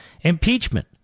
Impeachment